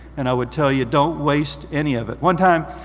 and i would tell you don't waste any of it. one time,